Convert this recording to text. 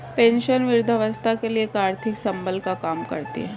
pension वृद्धावस्था के लिए एक आर्थिक संबल का काम करती है